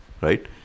right